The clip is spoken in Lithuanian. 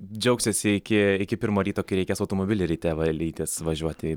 džiaugsiesi iki pirmo ryto kai reikia automobilį ryte valytis važiuoti